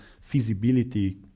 feasibility